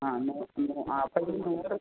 ആ എന്നാ